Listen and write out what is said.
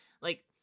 like-